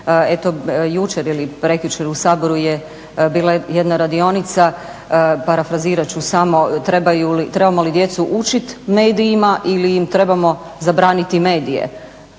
Eto jučer ili prekjučer u Saboru je bila jedna radionica, parafrazirat ću samo trebamo li djecu učiti medijima ili im trebamo zabraniti medije.